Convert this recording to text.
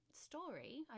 story